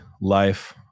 life